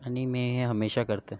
आणि मी हे हमेशा करतोय